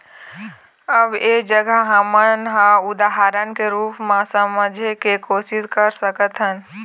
अब ऐ जघा हमन ह उदाहरन के रुप म समझे के कोशिस कर सकत हन